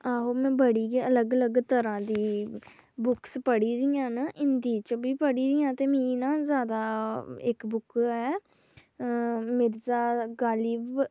आहो में बड़ी गे अलग अलग तरह दी बुक्स पढ़ी दिंयां न हिन्दी च बी पढ़ी दिंयां न ते ज्यादा इक कताब ऐ मिर्जा गालिब